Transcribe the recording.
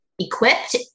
equipped